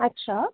अच्छा